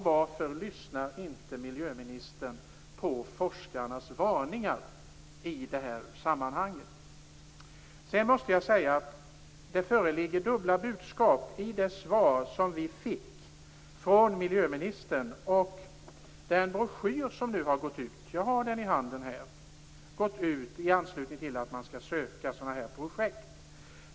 Varför lyssnar inte miljöministern på forskarnas varningar i detta sammanhang? Det föreligger dubbla budskap i det svar vi fick från miljöministern och i den broschyr som nu har gått ut i anslutning till att man skall söka medel för projekt. Jag har den här i handen.